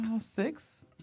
six